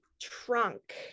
trunk